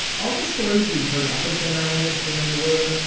all the stories we've heard up until now on this journey were,